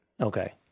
Okay